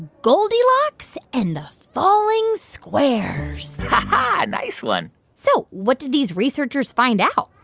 goldilocks and the falling squares ha-ha nice one so what did these researchers find out?